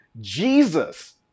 Jesus